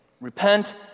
Repent